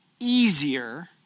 easier